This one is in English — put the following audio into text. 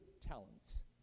talents